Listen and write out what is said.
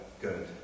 good